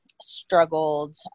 struggled